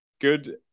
good